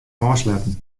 ôfsletten